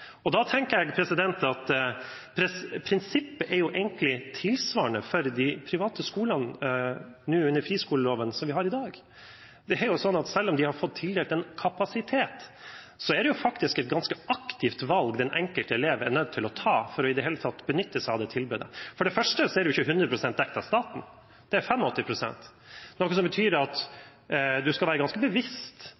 valg. Da tenker jeg at prinsippet er egentlig tilsvarende for de private skolene nå under friskoleloven som vi har i dag. Selv om de har fått tildelt en kapasitet, er den enkelte elev faktisk nødt til å ta et ganske aktivt valg for i det hele tatt å benytte seg av det tilbudet. For det første er det ikke 100 pst. dekket av staten, men 85 pst., noe som betyr at